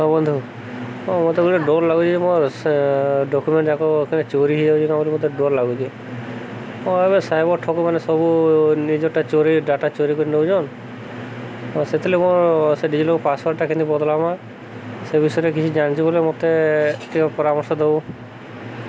ହଁ ବନ୍ଧୁ ହଁ ମୋତେ ଗୋଟେ ଡର ଲାଗୁଛି ମୋର ଡକୁ୍ମେଣ୍ଟ ଯାକେ ଚୋରି ହେଇଯାଉଛି କ ବୋଲି ମୋତେ ଡୋର ଲାଗୁଛି ହଁ ଏବେ ସାଇବ ଠକମାନେ ସବୁ ନିଜଟା ଚୋରି ଡାଟା ଚୋରି କରି ନଉଚନ୍ ହଁ ସେଥିର୍ଲାଗି ମୋ ସେ ଡିଜିଲକର୍ ପାସୱାର୍ଡ଼ଟା କେମିତି ବଦଲମା ସେ ବିଷୟରେ କିଛି ଜାଣିଛୁ ବୋଲେ ମୋତେ ଟିକେ ପରାମର୍ଶ ଦବୁ